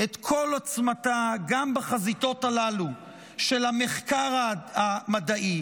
את כל עוצמתה גם בחזיתות הללו של המחקר המדעי,